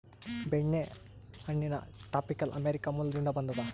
ಬೆಣ್ಣೆಹಣ್ಣಿನ tropical America ಮೂಲದಿಂದ ಬಂದದ